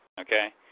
Okay